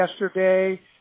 yesterday